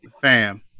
Fam